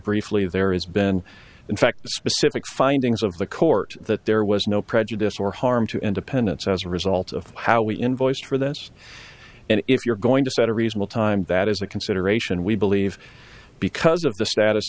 briefly there has been in fact the specific findings of the court that there was no prejudice or harm to independents as a result of how we invoice for this and if you're going to set a reasonable time that is a consideration we believe because of the status